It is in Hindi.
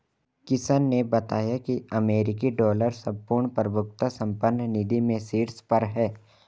किशन ने बताया की अमेरिकी डॉलर संपूर्ण प्रभुत्व संपन्न निधि में शीर्ष पर है